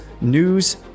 news